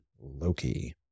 loki